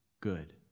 good